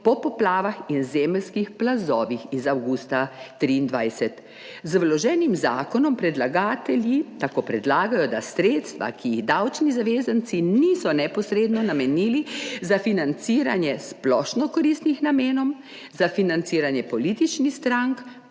po poplavah in zemeljskih plazovih iz avgusta 2023. Z vloženim zakonom predlagatelji tako predlagajo, da sredstva, ki jih davčni zavezanci niso neposredno namenili za financiranje splošno koristnih namenov, za financiranje političnih strank